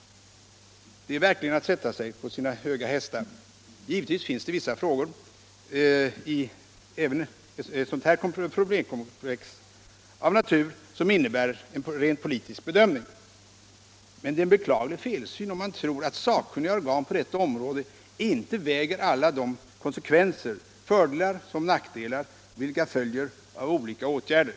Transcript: Det är verkligen att sätta sig på sina höga hästar. Givetvis finns det vissa frågor även i ett problemkomplex av denna natur som innebär en rent politisk bedömning. Men det är en beklaglig felsyn, om man tror att sakkunniga organ på detta område inte väger in alla de konsekvenser, fördelar som nackdelar, vilka följer av olika åtgärder.